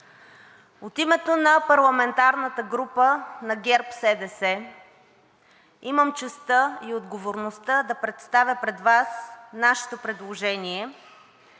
От името на парламентарната група на ГЕРБ-СДС имам честта и отговорността да представя пред Вас нашето предложение